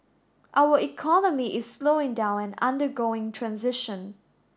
our economy is slowing down and undergoing transition